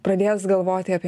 pradės galvoti apie